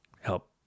help